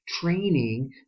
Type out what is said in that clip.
training